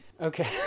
Okay